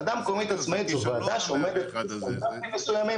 ועדה מקומית עצמאית זאת ועדה שעומדת בסטנדרטים מסוימים,